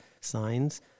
signs